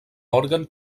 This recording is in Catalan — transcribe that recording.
òrgan